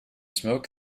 smoke